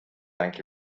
anche